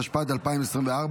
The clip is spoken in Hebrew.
התשפ"ד 2024,